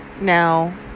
Now